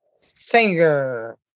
Singer